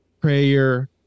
prayer